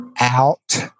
out